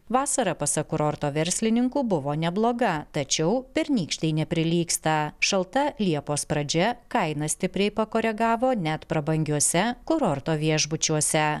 vasara pasak kurorto verslininkų buvo nebloga tačiau pernykštei neprilygsta šalta liepos pradžia kainą stipriai pakoregavo net prabangiuose kurorto viešbučiuose